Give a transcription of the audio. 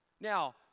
Now